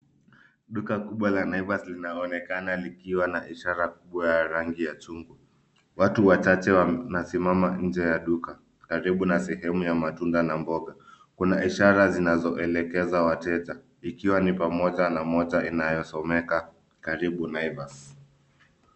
Duka kubwa la Naivas linaonekana likwa na ishara kubwa ya rangi ya chungwa. Watu wachache wanasimama nje ya duka, karibu na sehemu ya matunda na mboga. Kuna ishara zinazoelekeza wateja ikiwa ni pamoja na moja inayosomeka karibu Naivas.